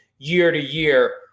year-to-year